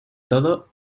todo